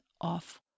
off